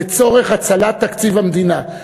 לצורך הצלת תקציב המדינה.